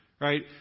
right